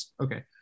Okay